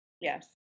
Yes